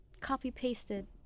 copy-pasted